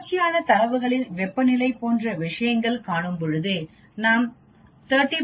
தொடர்ச்சியான தரவுகளில் வெப்பநிலை போன்ற விஷயங்கள் காணும்பொழுது நாம் 30